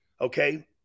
Okay